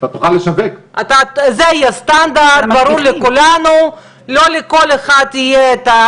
זה יהיה סטנדרט ברור לכולנו, לא לכל אחד יהיה את ה